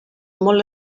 molt